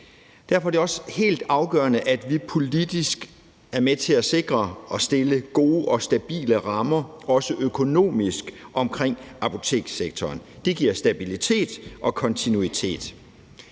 Derfor er det også helt afgørende, at vi politisk er med til at sikre og sætte gode og stabile rammer, også økonomisk, omkring apotekssektoren. Det giver stabilitet og kontinuitet.